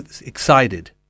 excited